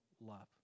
love